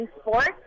sports